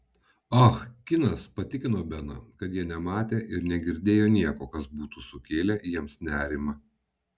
ah kinas patikino beną kad jie nematė ir negirdėjo nieko kas būtų sukėlę jiems nerimą